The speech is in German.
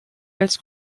als